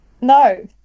No